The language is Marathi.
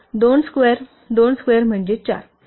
तर 2 स्केयर 2 स्केयर म्हणजे 4